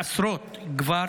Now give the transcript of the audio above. עשרות כבר